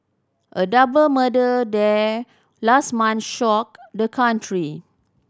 a double murder there last month shocked the country